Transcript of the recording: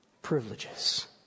privileges